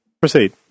Proceed